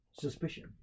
suspicion